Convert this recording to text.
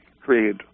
create